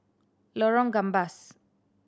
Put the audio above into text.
Lorong Gambas